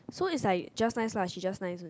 so it's like just nice lah she just nice only